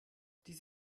dies